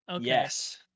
Yes